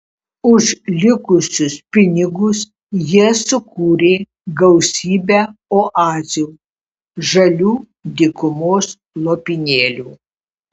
už likusius pinigus jie sukūrė gausybę oazių žalių dykumos lopinėlių